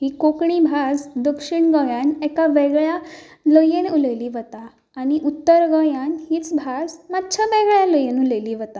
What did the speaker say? ही कोंकणी भास दक्षीण गोंयांत एका वेगळ्या लयेन उलयल्ली वता आनी उत्तर गोंयांत हीच भास मातशा वेगळे लयेन उलयल्ली वता